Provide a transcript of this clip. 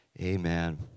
Amen